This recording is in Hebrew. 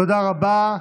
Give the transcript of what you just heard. תודה רבה.